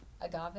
Agave